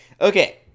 Okay